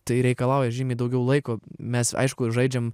tai reikalauja žymiai daugiau laiko mes aišku žaidžiam